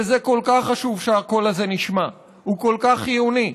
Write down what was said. וזה כל כך חשוב שהקול הזה נשמע, הוא כל כך חיוני,